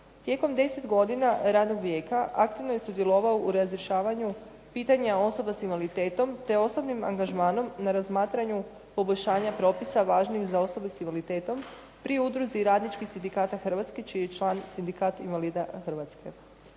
Tijekom 10 godina radnog vijeka aktivno je sudjelovao u razrješavanju pitanja osoba s invaliditetom te osobnim angažmanom na razmatranju poboljšanja propisa važnih za osobe s invaliditetom pri Udruzi radničkih sindikata Hrvatske čiji je član Sindikat invalida Hrvatske.